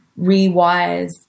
rewires